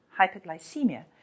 hyperglycemia